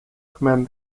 command